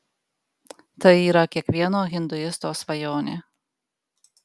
tai yra kiekvieno hinduisto svajonė